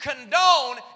condone